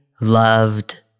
loved